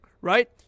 right